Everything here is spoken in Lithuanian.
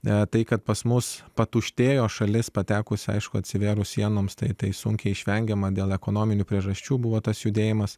ne tai kad pas mus patuštėjo šalis patekusi aišku atsivėrus sienoms tai sunkiai išvengiama dėl ekonominių priežasčių buvo tas judėjimas